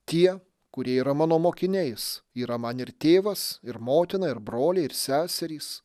tie kurie yra mano mokiniais yra man ir tėvas ir motina ir broliai ir seserys